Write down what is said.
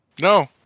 No